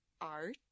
art